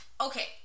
Okay